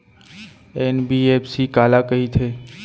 NBFC काला कहिथे?